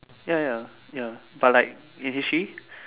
ya ya ya but like in history